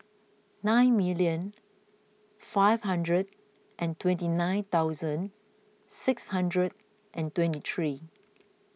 nine million five hundred and twenty nine thousand six hundred and twenty three